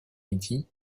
midi